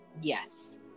Yes